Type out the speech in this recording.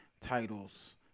titles